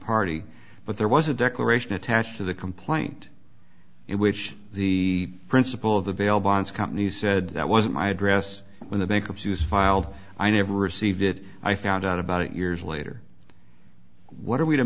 party but there was a declaration attached to the complaint in which the principal of the bail bonds company said that was my address when the bankruptcy was filed i never received it i found out about it years later what are we to